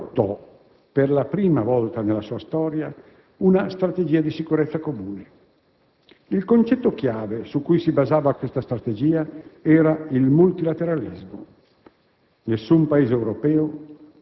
il Consiglio europeo adottò, per la prima volta nella sua storia, una strategia di sicurezza comune. Il concetto chiave su cui si basava questa strategia era il multilateralismo: